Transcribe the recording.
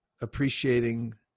appreciating